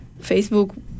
Facebook